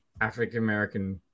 african-american